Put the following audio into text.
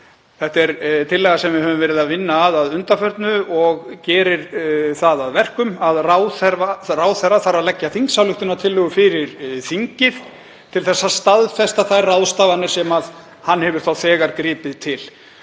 Þetta er tillaga sem við höfum verið að vinna að að undanförnu og gerir það að verkum að ráðherra þarf að leggja þingsályktunartillögu fyrir þingið til að staðfesta þær ráðstafanir sem hann hefur þegar gripið til.